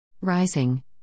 Rising